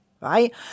right